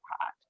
hot